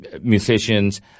musicians